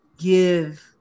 Give